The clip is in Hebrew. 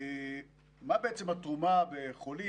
מה בעצם התרומה בחולים,